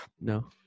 no